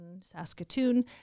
Saskatoon